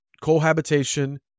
cohabitation